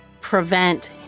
prevent